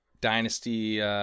dynasty